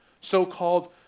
So-called